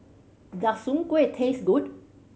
does Soon Kuih taste good